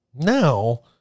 Now